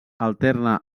alterna